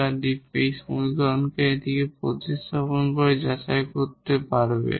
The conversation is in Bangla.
যা সমীকরণে এটিকে প্রতিস্থাপন করে যাচাই করতে পারে